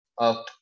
up